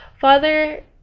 Father